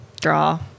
draw